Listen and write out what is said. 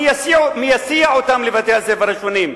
מי יסיע אותם לבתי-הספר השונים,